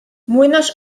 młynarz